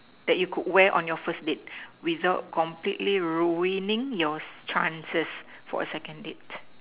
that you could wear on your first date without completely ruining your chances for a second date